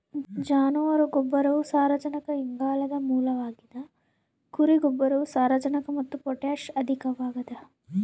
ಜಾನುವಾರು ಗೊಬ್ಬರವು ಸಾರಜನಕ ಇಂಗಾಲದ ಮೂಲವಾಗಿದ ಕುರಿ ಗೊಬ್ಬರವು ಸಾರಜನಕ ಮತ್ತು ಪೊಟ್ಯಾಷ್ ಅಧಿಕವಾಗದ